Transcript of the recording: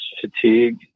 fatigue